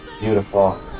beautiful